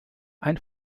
ein